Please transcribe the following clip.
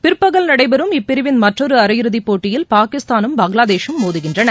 பிற்பகல் நடைபெறும் இப்பிரிவிள் மற்றொரு அரையிறதிப்போட்டியில் பாகிஸ்தானும் பங்களாதேஷும் மோதுகின்றன